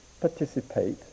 participate